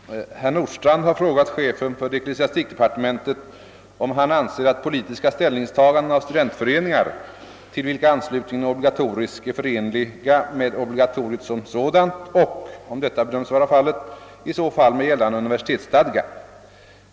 Herr talman! Herr Nordstrandh har frågat chefen för ecklesiastikdepartementet, om han anser att politiska ställningstaganden av studentföreningar, till vilka anslutningen är obligatorisk, är förenliga med obligatoriet som sådant och — om detta bedöms vara fallet — i så fall med gällande universitetsstadga.